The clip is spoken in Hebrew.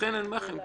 לכן אני אומר לכם,